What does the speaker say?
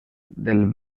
del